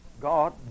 God